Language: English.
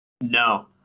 No